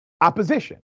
opposition